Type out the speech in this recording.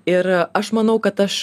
ir aš manau kad aš